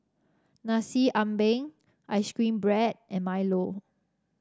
Nasi Ambeng ice cream bread and milo